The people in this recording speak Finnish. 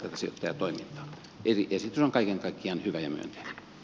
eli esitys on kaiken kaikkiaan hyvä ja myönteinen